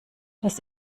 das